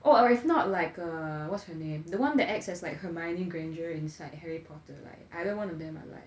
or if not like uh what's her name the one that acts as like hermione granger inside harry potter like either one of them are like